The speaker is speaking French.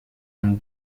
une